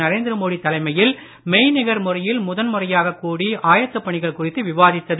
நரேந்திர மோடி தலைமையில் மெய்நிகர் முறையில் முதல்முறையாகக் கூடி ஆயத்தப் பணிகள் குறித்து விவாதித்தது